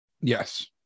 Yes